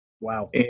Wow